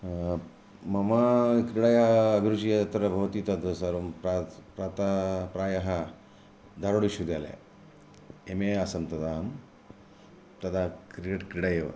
मम क्रीडाया अभिरुचिः अत्र भवति तत् सर्वं प्रायः प्रायः प्रायः धारवाडविश्वविद्यालये एम् ए आसम् तदा अहं तदा क्रिकेट् क्रीडा एव